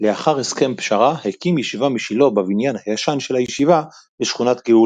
לאחר הסכם פשרה הקים ישיבה משלו בבניין הישן של הישיבה בשכונת גאולה.